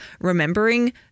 remembering